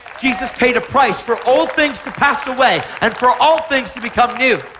jesus paid a price for old things to pass away and for all things to become new.